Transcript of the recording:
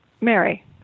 Mary